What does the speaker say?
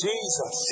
Jesus